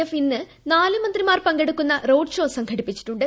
F ഇന്ന് നാല് മന്ത്രിമാർ പങ്കെടുക്കുന്ന റോഡ് ഷോ സംഘടിപ്പിച്ചിട്ടുണ്ട്